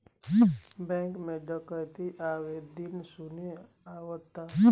bank में डकैती आये दिन सुने में आवता